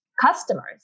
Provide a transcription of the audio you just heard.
customers